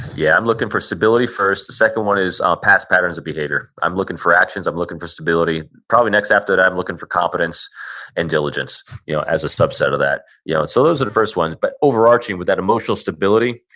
yeah, i'm looking for stability first. the second one is past patterns of behavior. i'm looking for actions, i'm looking for stability. probably next after that i'm looking for competence and diligence you know as a subset of that. yeah so those are the first ones but overarching with that emotional stability,